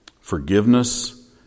forgiveness